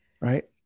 right